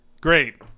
Great